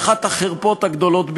לאחת החרפות הגדולות ביותר,